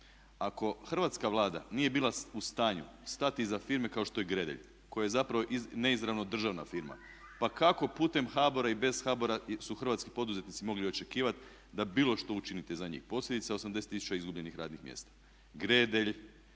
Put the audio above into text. Ako Hrvatska vlada nije bila u stanju stati iza firme kao što je Gredelj koja je zapravo neizravno državna firma pa kako putem HBOR-a i bez HBOR-a su hrvatski poduzetnici mogli očekivat da bilo što učinite za njih? Posljedica 80 tisuća izgubljenih radnih mjesta. Gredelj,